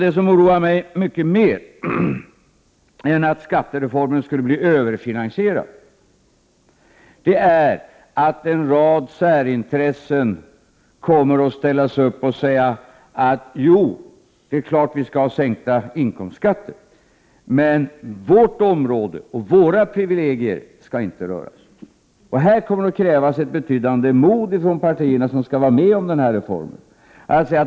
Det som oroar mig mycket mer än att skattereformen skulle bli överfinansierad är att företrädare för en rad särintressen kommer att ställa sig upp och säga: Jo, det är klart att vi skall ha sänkta inkomstskatter, men vårt område och våra privilegier skall inte röras. Här kommer det att krävas ett betydande mod av de partier som skall vara med om reformen.